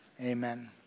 Amen